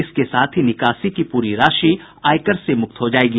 इसके साथ ही निकासी की पूरी राशि आयकर से मुक्त हो जाएगी